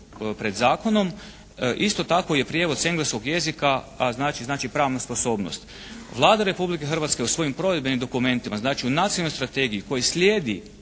pred zakonom isto tako je prijevod s engleskog jezika a znači pravna sposobnost. Vlada Republike Hrvatske u svojim provedbenim dokumentima znači u Nacionalnoj strategiji koji slijedi